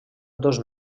dos